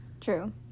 True